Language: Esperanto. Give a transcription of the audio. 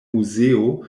muzeo